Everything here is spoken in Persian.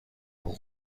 حقوق